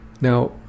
Now